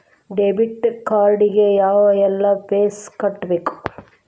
debit card ಗೆ ಯಾವ್ಎಲ್ಲಾ ಫೇಸ್ ಕಟ್ಬೇಕು